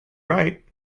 right